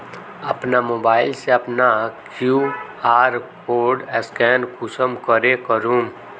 अपना मोबाईल से अपना कियु.आर कोड स्कैन कुंसम करे करूम?